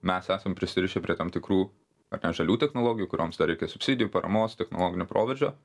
mes esam prisirišę prie tam tikrų ar ne žalių technologijų kurioms dar reikia subsidijų paramos technologinio proveržio